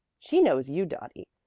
she knows you, dottie,